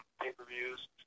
pay-per-views